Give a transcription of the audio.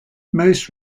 most